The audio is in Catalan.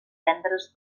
tendres